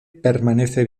permanece